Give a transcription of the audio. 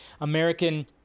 american